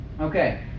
okay